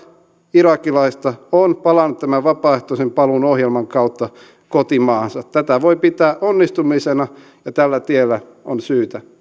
irakilaista on palannut tämän vapaaehtoisen paluun ohjelman kautta kotimaahansa tätä voi pitää onnistumisena ja tällä tiellä on syytä